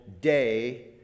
day